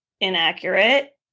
inaccurate